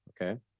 Okay